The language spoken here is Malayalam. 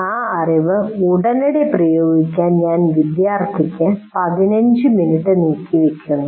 ആ അറിവ് ഉടനടി പ്രയോഗിക്കാൻ ഞാൻ വിദ്യാർത്ഥിക്ക് 15 മിനിറ്റ് നീക്കിവയ്ക്കുന്നു